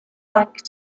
bank